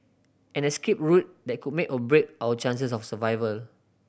an escape route that could make or break our chances of survivor